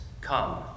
come